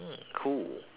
mm cool